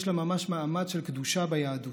יש לה ממש מעמד של קדושה ביהדות.